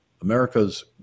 America's